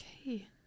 okay